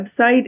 website